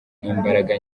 n’imbaraga